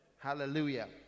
hallelujah